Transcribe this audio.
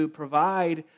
provide